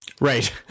right